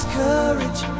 courage